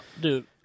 dude